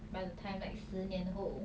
by the time like 十年后